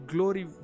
Glory